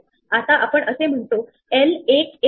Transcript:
तेव्हा मार्क न केलेले शेजारी 12 आहे